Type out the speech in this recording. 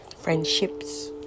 friendships